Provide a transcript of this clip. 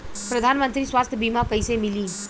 प्रधानमंत्री स्वास्थ्य बीमा कइसे मिली?